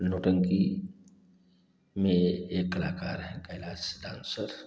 नौटंकी में एक कलाकार हैं कैलाश डांसर